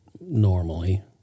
normally